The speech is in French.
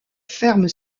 ferme